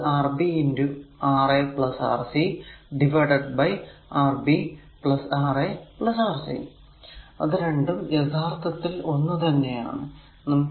അത് അത് Rb Ra Rc divided by Rb Ra Rc അത് രണ്ടും യഥാർത്ഥത്തിൽ ഒന്ന് തന്നെ ആണ്